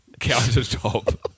countertop